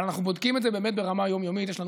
אבל אנחנו בודקים את זה ברמה היום-יומית: יש לנו